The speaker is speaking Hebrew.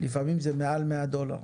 לפעמים זה מעל 100 דולר.